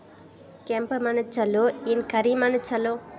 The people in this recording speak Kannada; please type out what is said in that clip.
ಕೆಂಪ ಮಣ್ಣ ಛಲೋ ಏನ್ ಕರಿ ಮಣ್ಣ ಛಲೋ?